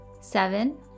seven